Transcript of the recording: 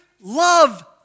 Love